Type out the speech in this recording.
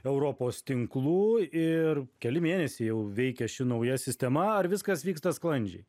europos tinklų ir keli mėnesiai jau veikia ši nauja sistema ar viskas vyksta sklandžiai